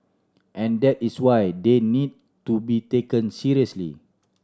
and that is why they need to be taken seriously